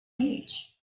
age